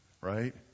Right